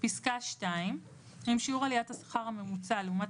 לפי סעיף קטן זה (1) אם שיעור עליית השכר הממוצע לעומת